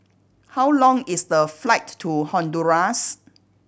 how long is the flight to Honduras